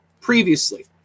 previously